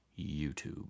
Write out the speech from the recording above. YouTube